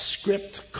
script